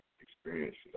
experiences